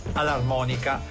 all'armonica